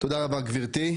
תודה רבה גברתי.